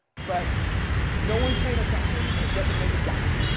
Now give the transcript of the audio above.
but no one's paying attention and it doesn't make a dime?